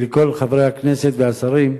ולכל חברי הכנסת והשרים,